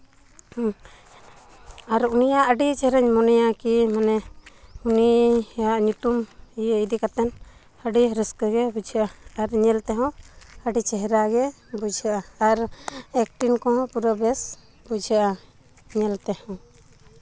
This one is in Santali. ᱦᱮᱸ ᱟᱨ ᱩᱱᱤᱭᱟᱜ ᱟᱹᱰᱤ ᱪᱮᱦᱨᱟᱧ ᱢᱚᱱᱮᱭᱟ ᱠᱤ ᱢᱟᱱᱮ ᱩᱱᱤᱭᱟᱜ ᱧᱩᱛᱩᱢ ᱤᱭᱟᱹ ᱤᱫᱤ ᱠᱟᱛᱮᱫ ᱟᱹᱰᱤ ᱨᱟᱹᱥᱠᱟᱹ ᱜᱮ ᱵᱩᱡᱷᱟᱹᱜᱼᱟ ᱟᱨ ᱧᱮᱞ ᱛᱮᱦᱚᱸ ᱟᱹᱰᱤ ᱪᱮᱦᱨᱟ ᱜᱮ ᱵᱩᱡᱷᱟᱹᱜᱼᱟ ᱟᱨ ᱮᱠᱴᱤᱝ ᱠᱚᱦᱚᱸ ᱯᱩᱨᱟᱹ ᱵᱮᱥ ᱵᱩᱡᱷᱟᱹᱜᱼᱟ ᱧᱮᱞ ᱛᱮᱦᱚᱸ